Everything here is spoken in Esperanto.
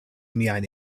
miajn